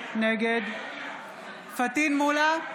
נגד פטין מולא,